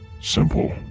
simple